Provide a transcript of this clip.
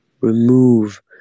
remove